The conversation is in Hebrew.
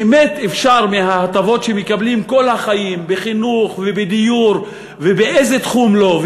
באמת אפשר מההטבות שמקבלים כל החיים בחינוך ובדיור ובאיזה תחום לא,